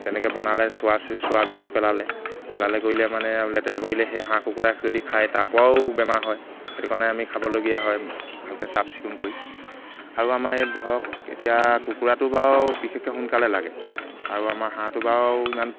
তেনেকৈ বনালে চোৱা চোৱাবিলাক পেলালে পেলালে কৰিলে মানে আৰু লেতেৰা কৰিলে সেই হাঁহ কুকুৰাই যদি খায় তাৰপৰাও বেমাৰ হয় সেইটো কাৰণে আমি খাবলগীয়া হয় ভালকৈ চাফচিকুণ কৰি আৰু আমাৰ ইয়াত ধৰক এতিয়া কুকুৰাটো বাৰু বিশেষকৈ সোনকালে লাগে আৰু আমাৰ হাঁহটো বাৰু ইমান